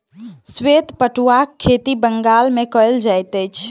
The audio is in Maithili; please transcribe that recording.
श्वेत पटुआक खेती बंगाल मे कयल जाइत अछि